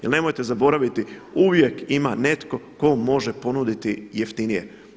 Jer nemojte zaboraviti uvijek ima netko tko može ponuditi jeftinije.